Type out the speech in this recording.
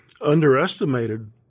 underestimated